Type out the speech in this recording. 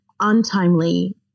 untimely